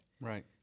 Right